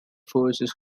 forces